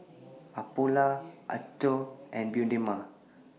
Apollo Anchor and Bioderma